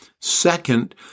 Second